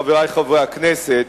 חברי חברי הכנסת,